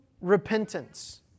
repentance